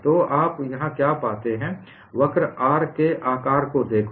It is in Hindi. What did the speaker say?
तो आप यहाँ क्या पाते हैंवक्र R के आकार को देखो